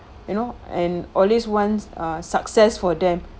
you know and always wants ah success for them